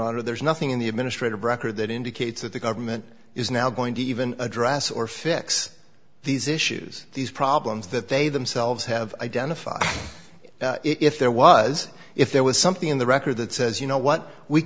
honor there's nothing in the administrative record that indicates that the government is now going to even address or fix these issues these problems that they themselves have identified if there was if there was something in the record that says you know what we